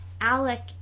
alec